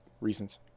reasons